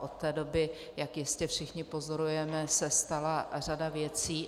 Od té doby, jak jistě všichni pozorujeme, se stala řada věcí.